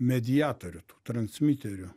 mediatorių tų transmiterių